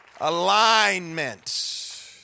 Alignment